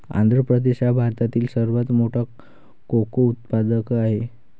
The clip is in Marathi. आंध्र प्रदेश हा भारतातील सर्वात मोठा कोको उत्पादक आहे